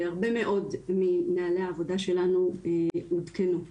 הרבה מאוד מנהלי העבודה שלנו עודכנו.